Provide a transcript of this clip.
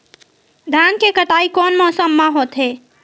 धान के कटाई कोन मौसम मा होथे?